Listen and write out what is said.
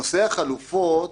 נושא החלופות